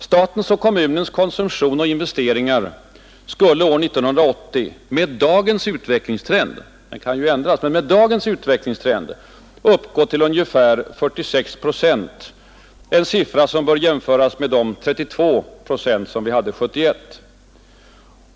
Statens och kommunens konsumtion och investeringar skulle år 1980 med dagens utvecklingstrend — den kan ju ändras, men med dagens utvecklingstrend — uppgå till ungefär 46 procent, en siffra som bör jämföras med de 32 procent vi hade 1971.